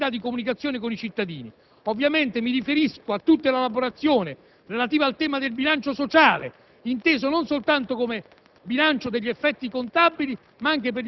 per l'indirizzo del Parlamento, sia per la possibilità di comunicazione con i cittadini. Ovviamente mi riferisco a tutta l'elaborazione relativa al tema del bilancio sociale, inteso non soltanto come